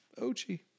Ochi